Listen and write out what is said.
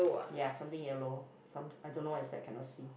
ya something yellow something I don't know what is that cannot see